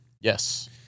Yes